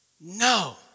no